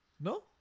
No